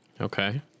Okay